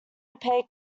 opaque